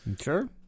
Sure